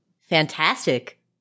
Fantastic